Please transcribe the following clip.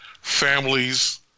families